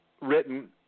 written